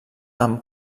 amb